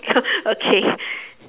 okay